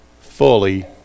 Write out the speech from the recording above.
fully